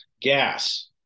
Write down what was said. gas